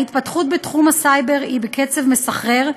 ההתפתחות בתחום הסייבר היא בקצב מסחרר,